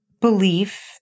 Belief